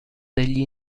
degli